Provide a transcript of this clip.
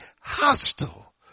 hostile